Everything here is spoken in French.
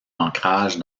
ancrage